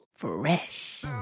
fresh